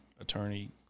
attorney